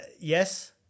yes